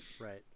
Right